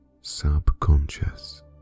subconscious